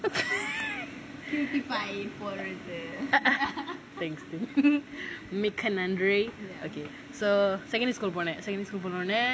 thank you மிக்க நன்றி:mikka nandri okay so secondary school போனேன்:ponaen secondary school போனேனே:ponnonae